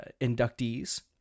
inductees